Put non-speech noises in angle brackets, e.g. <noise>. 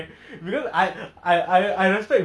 <laughs> lol lol lol